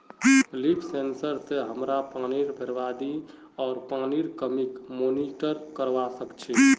leaf sensor स हमरा पानीर बरबादी आर पानीर कमीक मॉनिटर करवा सक छी